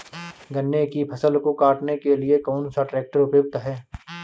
गन्ने की फसल को काटने के लिए कौन सा ट्रैक्टर उपयुक्त है?